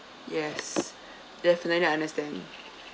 yes definitely understand